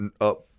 up